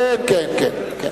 כן, כן, כן.